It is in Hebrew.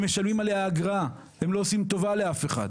הם משלמים עליה אגרה, הם לא עושים טובה לאף אחד,